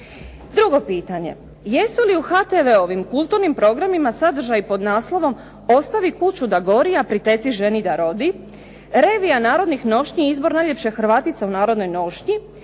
Drugo pitanje. Jesu li u HTV-ovim kulturnim programima sadržaji pod naslovom "Ostavi kuću da gori, a priteci ženi da rodi", revija narodnih nošnji i izbor najljepše Hrvatice u narodnoj nošnji.